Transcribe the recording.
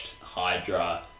hydra-